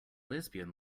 lesbian